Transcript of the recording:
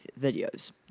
videos